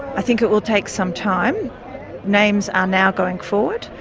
i think it will take some time names are now going forward.